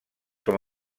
com